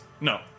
no